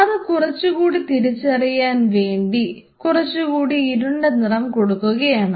അത് കുറച്ചുകൂടി തിരിച്ചറിയാൻ വേണ്ടി കുറച്ചുകൂടി ഇരുണ്ട നിറം കൊടുക്കുകയാണ്